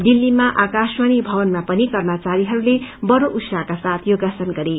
दिल्लीमा आाकाशवाणी भवनामा पनि कर्मचारीहरूले बड़ो उत्साहका साथ योगासान गरे